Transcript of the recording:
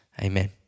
amen